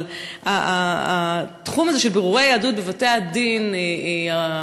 אבל התחום הזה של בירורי יהדות בבתי-הדין הרבניים,